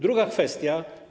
Druga kwestia.